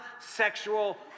sexual